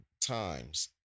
times